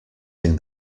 thing